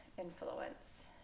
influence